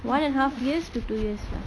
one and a half years to two years lah